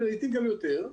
לעיתים גם יותר,